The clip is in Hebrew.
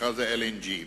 מכרז ה-LNG.